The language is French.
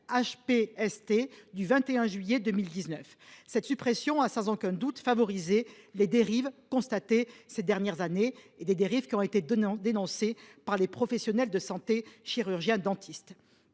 du 21 juillet 2009. Cette suppression a sans aucun doute favorisé les dérives constatées ces dernières années, dénoncées par les professionnels de santé chirurgiens dentistes.